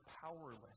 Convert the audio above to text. powerless